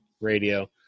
radio